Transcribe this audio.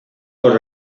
por